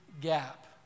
gap